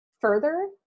further